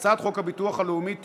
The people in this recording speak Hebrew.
הצעת חוק הביטוח הלאומי (תיקון,